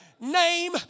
name